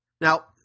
Now